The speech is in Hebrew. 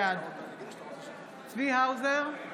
בעד צבי האוזר,